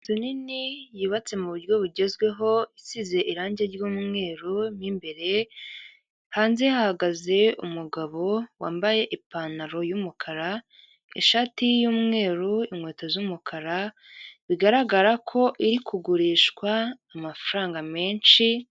Inzu nini yubatse muburyo bugezweho, isize irangi ry'umweru mwo imbere hanze hahagaze umugabo wambaye ipantaro y'umukara, ishati y'umweru inkweto z'umukara bigaragara ko iri kugurishwa amafaranga menshi.